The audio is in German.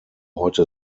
heute